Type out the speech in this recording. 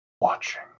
watching